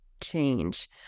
change